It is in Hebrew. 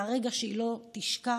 היה רגע שהיא לא תשכח,